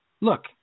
Look